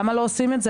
למה לא עושים את זה?